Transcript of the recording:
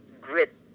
grit